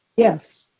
yes.